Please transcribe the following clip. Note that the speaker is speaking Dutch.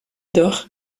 dag